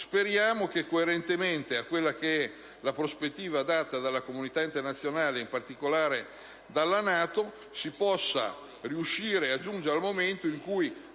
Speriamo che, coerentemente con la prospettiva data dalla comunità internazionale, in particolare dalla NATO, si possa riuscire a giungere al momento in cui